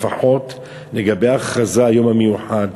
לפחות לגבי ההכרזה על יום מיוחד,